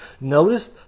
Notice